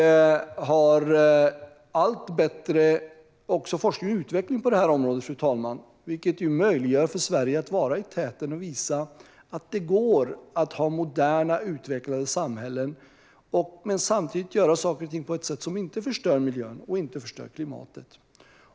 Vi har allt bättre forskning och utveckling på detta område, vilket möjliggör för Sverige att ta täten och visa att det går att ha ett modernt, utvecklat samhälle och samtidigt göra saker på ett sätt som inte förstör miljön och klimatet.